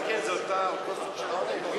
גם כן, זה אותו סוג של עונש?